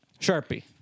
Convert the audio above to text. Sharpie